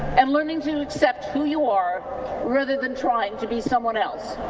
and learning to accept who you are rather than trying to be someone else.